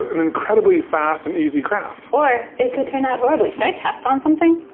an incredibly fast and easy craft. or, it could turn out horribly. should i test on something?